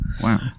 wow